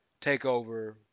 takeover